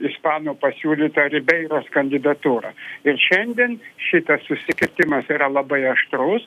ispanų pasiūlytą ribeiros kandidatūrą ir šiandien šitas susikirtimas yra labai aštrus